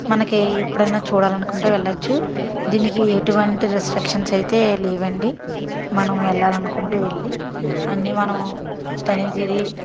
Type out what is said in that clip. మనకి ఎప్పుడైనా చూడాలనుకుంటే వెళ్ళచ్చు దీనికి ఎటువంటి రిస్ట్రిక్షన్స్ అయితే లేవండి మనం వెళ్లాలనుకుంటే వెళ్లి అన్నీ మనం తనివి తీరి